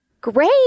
Great